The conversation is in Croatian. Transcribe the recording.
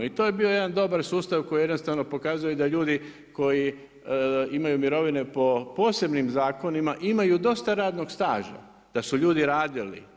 I to je bio jedan dobar sustav koji jednostavno pokazuje da ljudi koji imaju mirovine po posebnim zakonima imaju dosta radnog staža, da su ljudi radili.